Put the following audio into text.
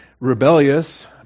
rebellious